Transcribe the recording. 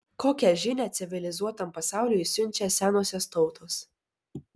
kokią žinią civilizuotam pasauliui siunčia senosios tautos